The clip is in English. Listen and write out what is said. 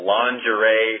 Lingerie